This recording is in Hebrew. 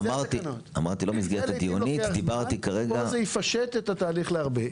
זה יפשט את התהליך להרבה.